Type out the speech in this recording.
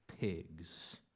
pigs